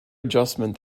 adjustment